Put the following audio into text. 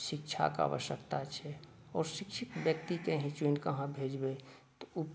शिक्षाके आवश्यकता छै आओर शिक्षित व्यक्तिके चुनिक अहाँ भेजबै ओ